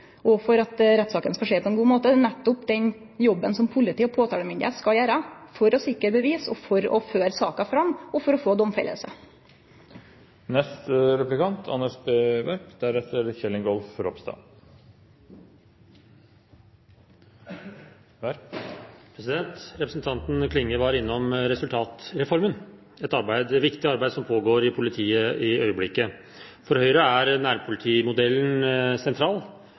og for at rettssaka skal skje på ein god måte, men nettopp den jobben som politiet og påtalemyndigheita skal gjere for å sikre bevis og føre fram saka, og for å få ei domfelling. Representanten Klinge var innom resultatreformen, et viktig arbeid som pågår i politiet for øyeblikket. For Høyre er nærpolitimodellen sentral.